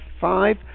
five